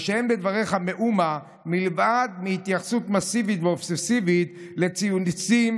ושאין בדבריך מאומה מלבד התייחסות מסיבית ואובססיבית לציוצים,